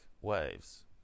waves